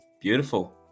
Beautiful